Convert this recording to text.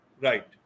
Right